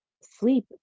sleep